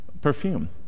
perfume